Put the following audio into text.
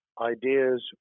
ideas